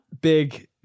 Big